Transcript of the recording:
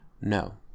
No